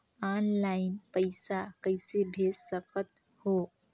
Online पइसा कइसे भेज सकत हो?